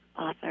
author